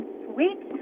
sweet